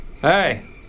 Hey